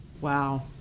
Wow